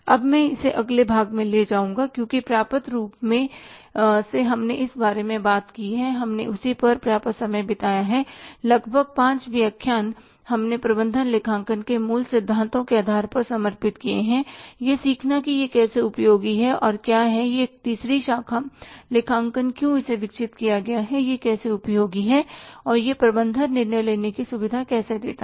अब मैं इसे अगले भाग में ले जाऊँगा क्योंकि पर्याप्त रूप से हमने इस बारे में बात की थी हमने उसी पर पर्याप्त समय बिताया है लगभग 5 व्याख्यान हमने प्रबंधन लेखांकन के मूल सिद्धांतों के आधार पर समर्पित किए हैं यह सीखना कि यह कैसे उपयोगी है और क्या है एक तीसरी शाखा लेखांकन क्यों इसे विकसित किया गया है यह कैसे उपयोगी है और यह प्रबंधन निर्णय लेने की सुविधा कैसे देता है